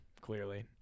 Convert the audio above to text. clearly